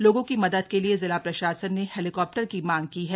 लोगों की मदद के लिये जिला प्रशासन ने हेलीकाप्टर की मांग की है